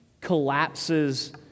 collapses